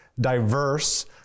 diverse